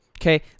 Okay